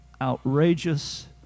outrageous